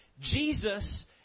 Jesus